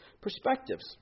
perspectives